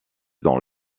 dans